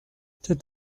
c’est